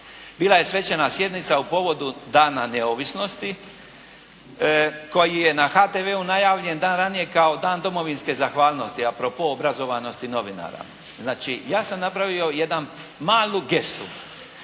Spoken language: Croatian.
Bila je Svečana sjednica u povodu dana neovisnosti koji je na HTV-u najavljen dan ranije kao Dan domovinske zahvalnosti "a propos" obrazovanosti novinara. Znači, ja sam napravio jednu malu gestu.